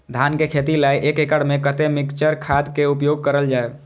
धान के खेती लय एक एकड़ में कते मिक्चर खाद के उपयोग करल जाय?